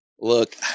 look